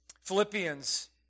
Philippians